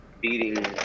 beating